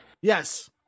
Yes